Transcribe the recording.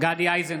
גדי איזנקוט,